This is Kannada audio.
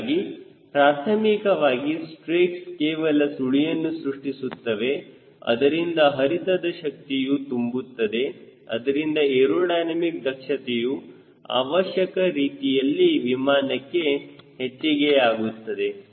ಹೀಗಾಗಿ ಪ್ರಾಥಮಿಕವಾಗಿ ಸ್ಟ್ರೇಕ್ಸ್ ಕೇವಲ ಸುಳಿಯನ್ನು ಸೃಷ್ಟಿಸುತ್ತವೆ ಅದರಿಂದ ಹರಿತದ ಶಕ್ತಿಯು ತುಂಬುತ್ತದೆ ಅದರಿಂದ ಏರೋಡೈನಮಿಕ್ ದಕ್ಷತೆಯು ಅವಶ್ಯಕ ರೀತಿಯಲ್ಲಿ ವಿಮಾನಕ್ಕೆ ಹೆಚ್ಚಿಗೆಯಾಗುತ್ತದೆ